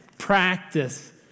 Practice